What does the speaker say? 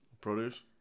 Produce